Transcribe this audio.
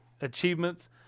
achievements